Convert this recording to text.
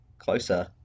closer